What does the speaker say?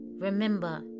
Remember